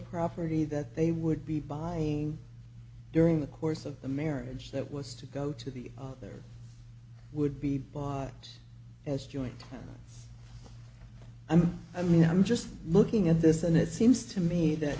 property that they would be buying during the course of the marriage that was to go to the other would be bought as joint i'm i mean i'm just looking at this and it seems to me th